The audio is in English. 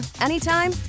anytime